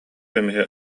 көмүһү